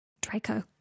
Draco